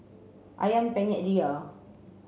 Ayam Penyet Ria